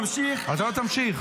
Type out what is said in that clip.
עצרתי את הזמן, שתחזור בך מהדברים.